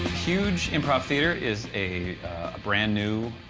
huge improv theater is a brand-new,